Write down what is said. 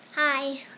Hi